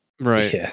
Right